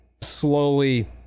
slowly